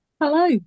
Hello